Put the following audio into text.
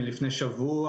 מלפני שבוע,